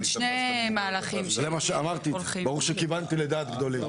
"יזם ממשיך" אחד